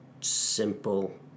simple